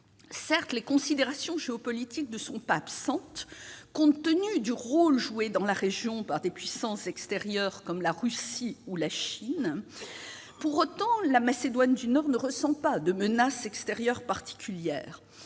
Certes, les considérations géopolitiques ne sont pas absentes, compte tenu du rôle joué dans la région par des puissances extérieures comme la Russie ou la Chine. Pour autant, la Macédoine du Nord ne ressent pas de menace extérieure particulière.